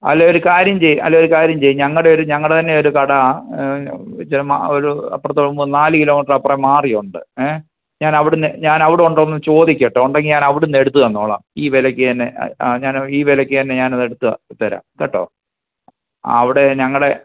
അല്ലേ ഒരു കാര്യം ചെയ്യ് അല്ലേ ഒരു കാര്യം ചെയ്യ് ഞങ്ങടെയൊരു ഞങ്ങടെതന്നെ ഒരു കട ഇച്ചിരി മാറി ഒരു അപ്പുറത്ത് നാല് കിലോമീറ്റർ അപ്പറെ മാറി ഉണ്ട് ഏ ഞാൻ അവിടന്ന് അവിടുണ്ടോന്ന് ചോദിക്കട്ട് ഉണ്ടെങ്കിൽ ഞാനവിടുന്ന് എടുത്ത് തന്നോളാം ഈ വിലക്ക് തന്നെ ആ ഞാൻ ഈ വിലക്ക് തന്നെ ഞാൻ അത് എടുത്ത് തരാം കേട്ടോ അവിടെ ഞങ്ങളുടെ